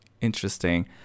interesting